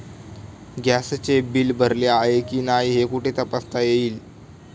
गॅसचे बिल भरले आहे की नाही हे कुठे तपासता येईल?